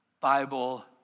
Bible